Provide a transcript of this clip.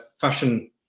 fashion